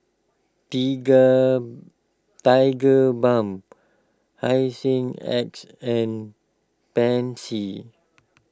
Tigerbalm Hygin X and Pansy